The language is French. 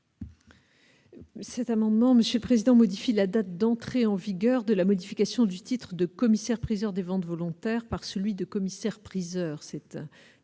Cet amendement Monsieur le Président, modifie la date d'entrée en vigueur de la modification du titre de commissaire priseur des ventes volontaires par celui de commissaire priseur